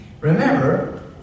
Remember